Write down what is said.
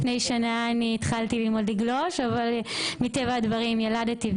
לפני שנה התחלתי ללמוד לגלוש אבל מטבע הדברים ילדתי,